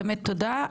באמת תודה,